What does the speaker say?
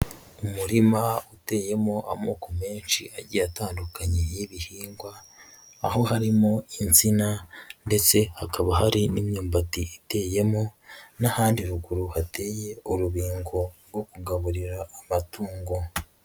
Umurima uteyemo amoko menshi agiye atandukanye y'ibihingwa, aho harimo insina ndetse hakaba hari n'imyumbati iteyemo, n'ahandi ruguru hateye urubingo rwo kugaburira amatungo.